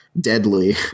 deadly